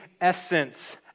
essence